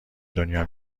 دنیا